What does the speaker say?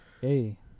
Hey